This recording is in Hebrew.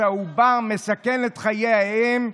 שהעובר מסכן את חיי האם,